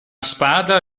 spada